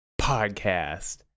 podcast